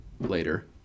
later